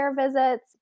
visits